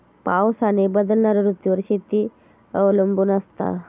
पाऊस आणि बदलणारो ऋतूंवर शेती अवलंबून असता